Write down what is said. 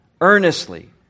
earnestly